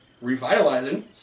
Revitalizing